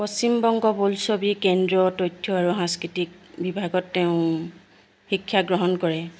পশ্চিমবংগ বোলছবি কেন্দ্ৰীয় তথ্য আৰু সাংস্কৃতিক বিভাগত তেওঁ শিক্ষা গ্ৰহণ কৰে